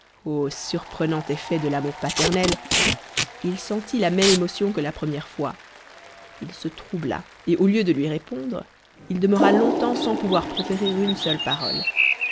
il sentit la même émotion que la première fois il se troubla et au lieu de lui répondre il demeura longtemps sans pouvoir proférer une seule parole